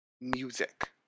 music